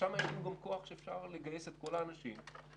שם יש כוח שאפשר לגייס את כל האנשים ולכפות.